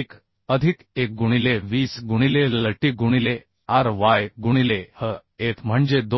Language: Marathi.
1 अधिक 1 गुणिले 20 गुणिले L L t गुणिले r y गुणिले h f म्हणजे 290